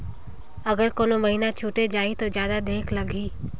अगर कोनो महीना छुटे जाही तो जादा देहेक लगही?